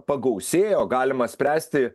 pagausėja o galima spręsti